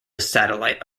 satellite